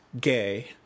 gay